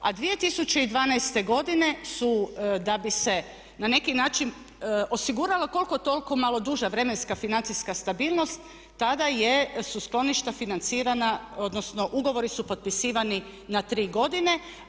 A 2012. godine su da bi se na neki način osiguralo koliko toliko malo duža vremenska financijska stabilnost tada su skloništa financirana odnosno ugovori su potpisivani na tri godine.